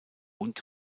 und